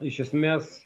iš esmės